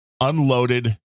unloaded